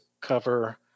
cover